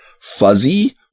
fuzzy